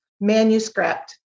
manuscript